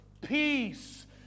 peace